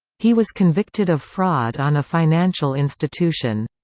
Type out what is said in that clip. he was convicted of fraud on a financial institution.